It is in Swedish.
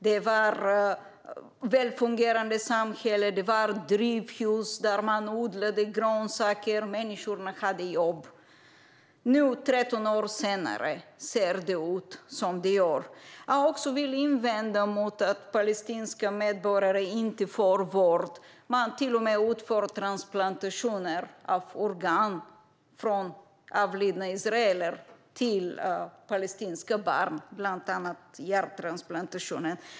Det var ett välfungerande samhälle med drivhus där man odlade grönsaker, och människor hade jobb. Nu, 13 år senare, ser det ut som det gör. Jag vill också invända mot att palestinska medborgare inte får vård. Man utför till och med transplantationer av organ från avlidna israeler till palestinska barn, bland annat hjärttransplantationer.